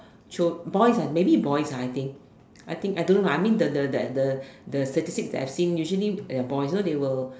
chil~ boys ah maybe boys ah I think I think I don't know lah I mean the the the the the statistics that I've seen usually are boys you know they will